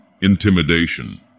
intimidation